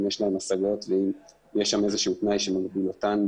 יש להם השגות ואם יש שם איזה שהוא תנאי שמגביל אותן,